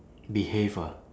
behave ah